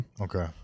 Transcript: Okay